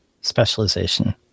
specialization